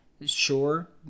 Sure